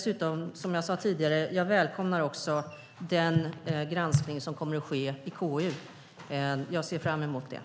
Som jag sade tidigare välkomnar jag också den granskning som kommer att ske i KU. Jag ser fram mot den.